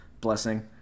blessing